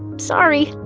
sorry,